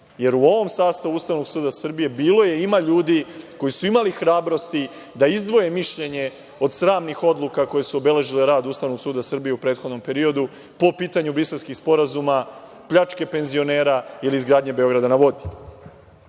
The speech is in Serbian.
jer u ovom sastavu Ustavnog suda Srbije bilo je i ima ljudi koji su imali hrabrosti da izdvoje mišljenje od sramnih odluka koje su obeležile rad Ustavnog suda Srbije u prethodnom periodu po pitanju briselskih sporazuma, pljačke penzionera ili izgradnje „Beograda na